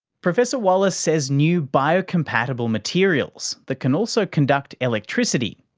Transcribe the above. professor wallace says new biocompatible materials that can also conduct electricity,